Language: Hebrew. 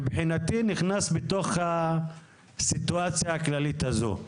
נכנס בתוך הסיטואציה הכללית הזו.